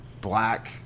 black